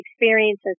experiences